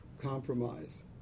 compromise